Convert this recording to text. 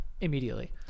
immediately